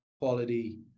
quality